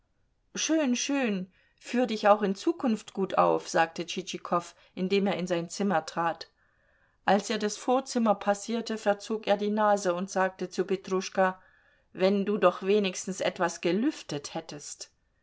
schön schön führ dich auch in zukunft gut auf sagte tschitschikow indem er in sein zimmer trat als er das vorzimmer passierte verzog er die nase und sagte zu petruschka wenn du doch wenigstens etwas gelüftet hättest